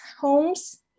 homes